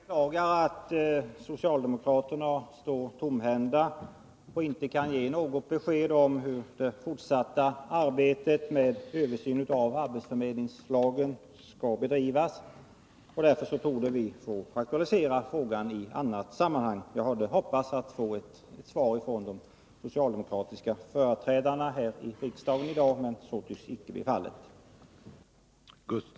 Herr talman! Jag beklagar att socialdemokraterna står tomhänta och inte kan ge något besked om hur det fortsatta arbetet med översyn av arbetsförmedlingslagen skall bedrivas. Därför torde vi få aktualisera frågan i annat sammanhang. Jag hade hoppats få ett svar från de socialdemokratiska företrädarna här i riksdagen i dag, men så tycks icke bli fallet.